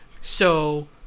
So-